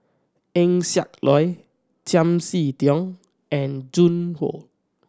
Eng Siak Loy Chiam See Tong and Joan Hon